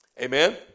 Amen